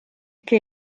che